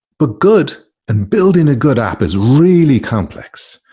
but good and building a good app is really complex.